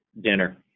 Dinner